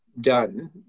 done